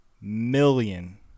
million